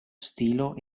stilo